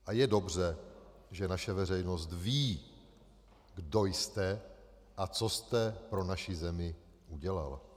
A je dobře, že naše veřejnost ví, kdo jste a co jste pro naši zemi udělal.